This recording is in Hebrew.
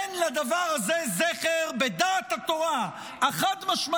אין לדבר הזה זכר בדעת התורה החד-משמעית